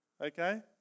okay